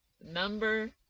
Number